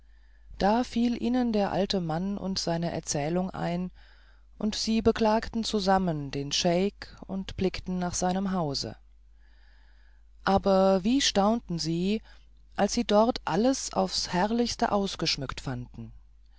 da fiel ihnen der alte mann und seine erzählung ein und sie beklagten zusammen den scheik und blickten nach seinem hause aber wie staunten sie als sie dort alles aufs herrlichste ausgeschmückt fanden